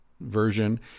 version